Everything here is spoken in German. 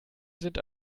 sind